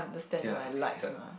ya keep it up